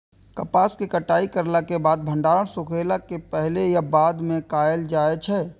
कपास के कटाई करला के बाद भंडारण सुखेला के पहले या बाद में कायल जाय छै?